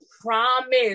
promise